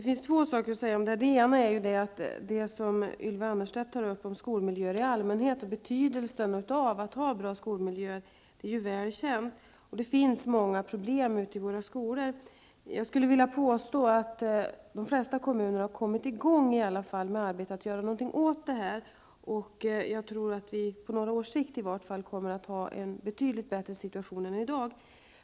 Fru talman! Jag vill först beröra vad Ylva Annerstedt sade om skolmiljöer i allmänhet. Betydelsen av att ha bra skolmiljöer är väl känd. Det finns många problem i våra skolor. Jag vill påstå att de flesta kommuner i alla fall har kommit i gång med arbetet för att göra någonting åt detta. Jag tror att vi på några års sikt kommer att ha en betydligt bättre situation än i dag.